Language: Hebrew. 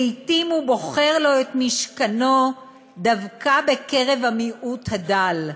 לעתים הוא בוחר לו את משכנו דווקא בקרב המיעוט הדל".